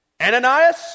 Ananias